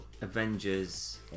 Avengers